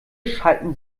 schalten